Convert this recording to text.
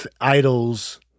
idols